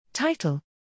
Title